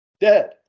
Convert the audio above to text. Dead